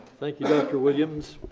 thank you, dr. williams.